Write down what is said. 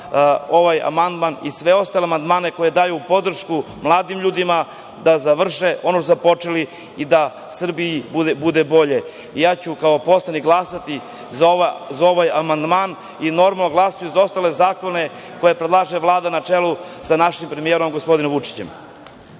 ovaj amandman i sve ostale amandmane koji daju podršku mladim ljudima da završe ono što su započeli i da Srbiji bude bolje. Ja ću kao poslanik glasati za ovaj amandman i normalno, glasaću za ostale zakone koje predlaže Vlada na čelu sa našim premijerom gospodinom Vučićem.